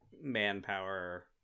manpower